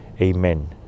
Amen